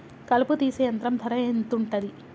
కలుపు తీసే యంత్రం ధర ఎంతుటది?